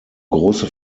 große